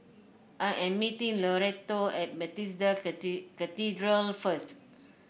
I am meeting Loretto at Bethesda Cathedral first